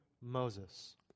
Moses